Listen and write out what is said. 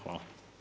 Hvala.